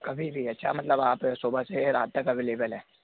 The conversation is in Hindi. कभी भी अच्छा मतलब आप सुबह से रात तक अवेलेबल हैं